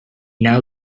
now